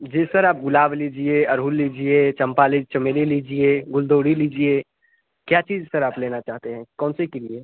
जी sir आप गुलाब लीजिए अढ़उल लीजिए चंपा ली चमेली लीजिए गुलदौड़ी लीजिए क्या चीज सर आप लेना चाहते हैं कौन से के लिए